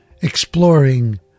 exploring